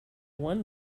one